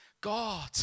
God